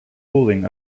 cooling